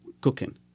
cooking